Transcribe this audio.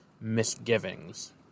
misgivings